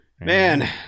Man